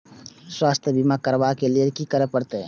स्वास्थ्य बीमा करबाब के लीये की करै परतै?